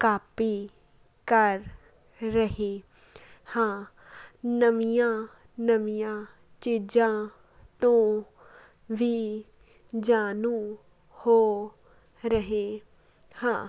copy ਕਰ ਰਹੇ ਹਾਂ ਨਵੀਆਂ ਨਵੀਆਂ ਚੀਜ਼ਾਂ ਤੋਂ ਵੀ ਜਾਣੂ ਹੋ ਰਹੇ ਹਾਂ